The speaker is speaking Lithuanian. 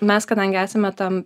mes kadangi esame tam